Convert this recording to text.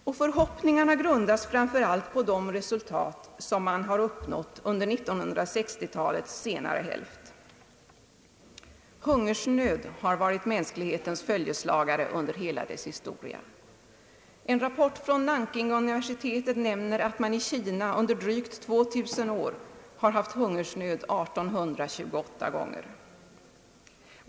Och förhoppningarna grundas framför allt på de resultat som man har uppnått under 1960-talets senare hälft. Hungersnöd har varit mänsklighetens följeslagare under hela dess historia. En rapport från Nanking-universitetet nämner att man i Kina under drygt 2 000 år har haft hungersnöd 1828 gånger.